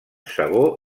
sabó